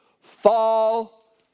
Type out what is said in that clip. fall